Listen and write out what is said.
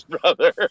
brother